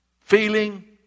feeling